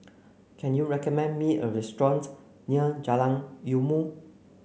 can you recommend me a restaurant near Jalan Ilmu